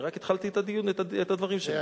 אני רק התחלתי את הדברים שלי.